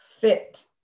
fit